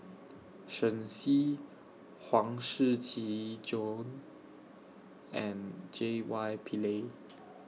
Shen Xi Huang Shiqi John and J Y Pillay